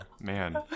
man